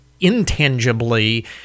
intangibly